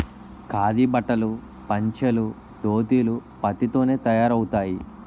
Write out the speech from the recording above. ఖాదీ బట్టలు పంచలు దోతీలు పత్తి తోనే తయారవుతాయి